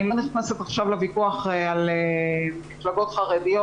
אני לא נכנסת עכשיו לוויכוח על מפלגות חרדיות.